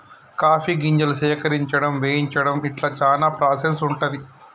coffee గింజలు సేకరించడం వేయించడం ఇట్లా చానా ప్రాసెస్ ఉంటది